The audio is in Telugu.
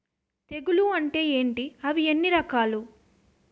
తెగులు అంటే ఏంటి అవి ఎన్ని రకాలు?